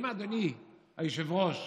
אדוני היושב-ראש,